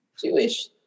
Jewish